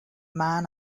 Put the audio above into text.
man